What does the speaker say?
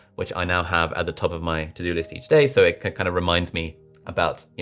which i now have at the top of my, to do list each day. so it can kind of reminds me about,